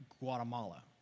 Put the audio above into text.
Guatemala